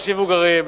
אנשים מבוגרים,